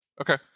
Okay